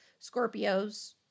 Scorpios